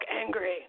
angry